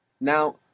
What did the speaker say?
Now